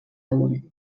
ull